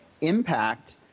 impact